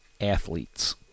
athletes